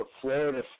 Florida